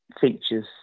features